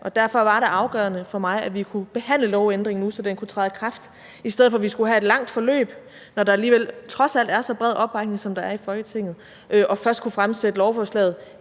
Og derfor var det afgørende for mig, at vi kunne behandle lovændringen nu, så den kunne træde i kraft, i stedet for at vi skulle have et langt forløb, når der alligevel trods alt er så bred en opbakning, som der er i Folketinget, og først kunne fremsætte lovforslaget